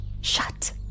Shut